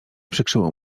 przykrzyło